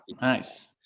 Nice